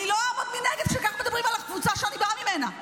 אני לא אעמוד מנגד שכך מדברים על הקבוצה שאני באה ממנה.